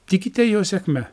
tikite jo sėkme